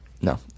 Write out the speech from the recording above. no